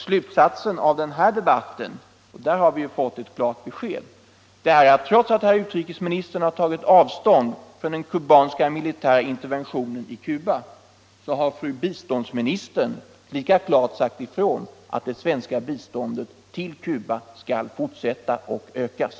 Slutsatsen av denna debatt — och därvidlag har vi fått ett klart besked —- är att herr utrikesministern visserligen har tagit avstånd från den kubanska militära interventionen i Angola men att fru biståndsministern lika klart sagt ifrån att det svenska biståndet till Cuba skall fortsätta och ökas.